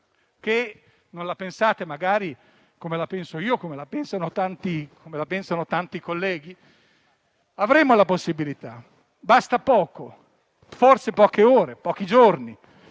non la pensate magari come la penso io o come la pensano tanti colleghi, ma avremmo la possibilità - basta poco, forse poche ore, pochi giorni